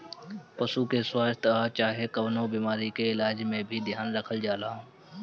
पशु के स्वास्थ आ चाहे कवनो बीमारी के इलाज के भी ध्यान रखल जाला